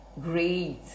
great